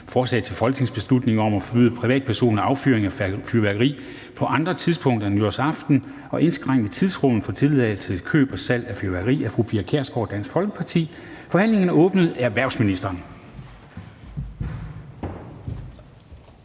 Forslag til folketingsbeslutning om at forbyde privatpersoners affyring af fyrværkeri på andre tidspunkter end nytårsaften og indskrænke tidsrummet for tilladt køb og salg af fyrværkeri. Af Pia Kjærsgaard (DF) m.fl. (Fremsættelse